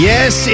Yes